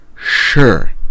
Sure